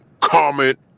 comment